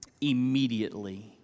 Immediately